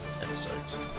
episodes